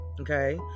okay